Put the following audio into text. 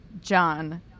John